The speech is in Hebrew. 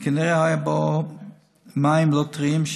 וכנראה היו בו מים לא טריים,